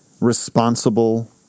responsible